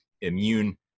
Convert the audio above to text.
immune